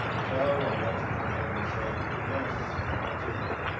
so i raised my head and said, yes, i took it.